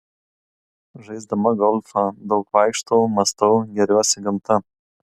žaisdama golfą daug vaikštau mąstau gėriuosi gamta